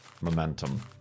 momentum